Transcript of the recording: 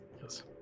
yes